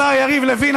השר יריב לוין,